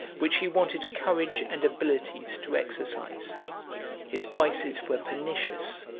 which he wanted courage and abilities to exercise his vices were pernicious,